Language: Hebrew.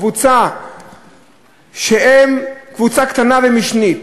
קבוצה קטנה ומשנית